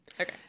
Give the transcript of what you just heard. okay